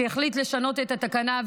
שהחליט לשנות את התקנה,